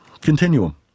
continuum